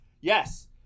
Yes